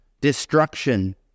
destruction